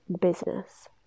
business